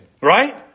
Right